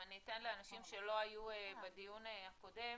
אני אתן לאנשים שלא היו בדיון הקודם.